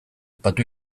patu